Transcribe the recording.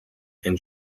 and